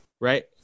right